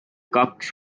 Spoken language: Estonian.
kaks